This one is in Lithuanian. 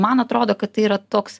man atrodo kad tai yra toks